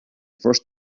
first